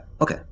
okay